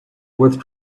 with